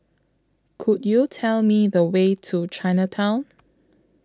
Could YOU Tell Me The Way to Chinatown